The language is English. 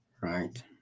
right